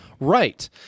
Right